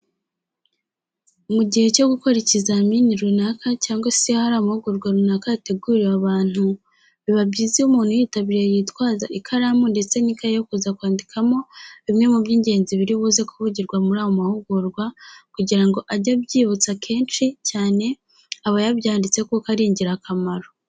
Mu gihe cyo gukora ikizamini runaka cyangwa se iyo hari amahugurwa runaka yateguriwe abantu biba byiza iyo umuntu uyitabiriye yitwaza ikaramu ndetse n'ikaye yo kuza kwandikamo bimwe mu by'ingenzi bbiri buze kuvugirwa muri ayo mahugurwa kugirango ajye abyibutsa kenshi cyane aba yabyanditse kuko ari ingirakamaro.